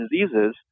diseases